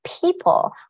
people